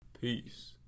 peace